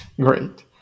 great